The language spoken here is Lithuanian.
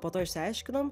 po to išsiaiškinom